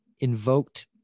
invoked